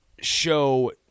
show